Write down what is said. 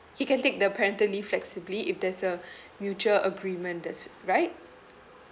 he can take the parental leave flexibly if there's a mutual agreement that's right